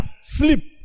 sleep